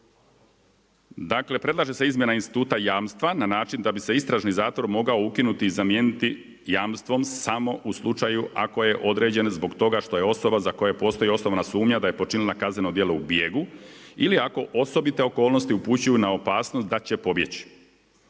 Dakle, predlaže se izmjena instituta jamstva na način da bi se istražni zatvor mogao ukinuti i zamijeniti jamstvom samo u slučaju ako je određen zbog toga što je osoba za koje postoji osnovana sumnja da je počinila kazneno djelo u bijegu ili ako osobite okolnosti upućuju na opasnost da će pobjeći.